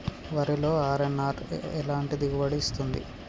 వరిలో అర్.ఎన్.ఆర్ ఎలాంటి దిగుబడి ఇస్తుంది?